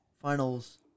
finals